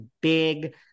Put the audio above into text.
big